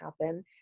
happen